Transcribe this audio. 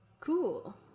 Cool